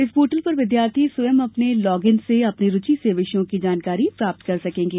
इस पोर्टल पर विद्यार्थी स्वयं अपने लॉग इन से अपनी रुचि से विषयों की जानकारी प्राप्त कर सकेंगे